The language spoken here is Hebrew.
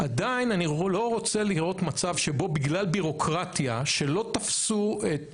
עדיין אני לא רוצה לראות מצב שבו בגלל בירוקרטיה שלא תפסו את